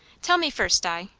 tell me first, di,